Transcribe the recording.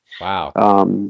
Wow